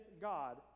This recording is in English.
God